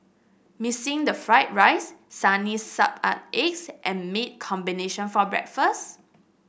missing the fried rice sunny side up eggs and meat combination for breakfast